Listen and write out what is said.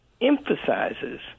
emphasizes